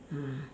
ah